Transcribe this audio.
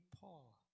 Paul